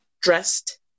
dressed